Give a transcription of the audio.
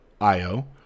Io